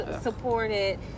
supported